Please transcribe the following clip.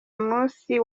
musi